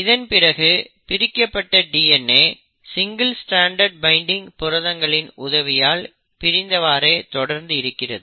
இதன் பிறகு பிரிக்கப்பட்ட DNA சிங்கிள் ஸ்ட்ரான்ட் பைன்டிங் புரதங்களின் உதவியால் பிரிந்தவாறே தொடர்ந்து இருக்கிறது